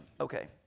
Okay